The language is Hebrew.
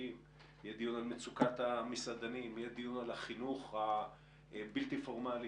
המסעדנים, החינוך הבלתי-פורמלי.